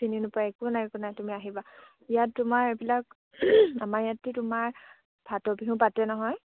একো নাই একো নাই তুমি আহিবা ইয়াত তোমাৰ এইবিলাক আমাৰ ইয়াতে তোমাৰ ভাট বিহু পাতে নহয়